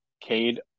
Cade